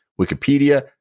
Wikipedia